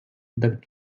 the